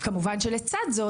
כמובן שלצד זאת,